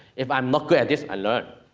if i'm not good at this, i learn,